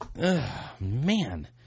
Man